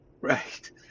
right